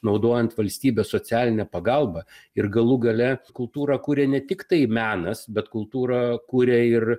naudojant valstybės socialinę pagalbą ir galų gale kultūrą kuria ne tiktai menas bet kultūrą kuria ir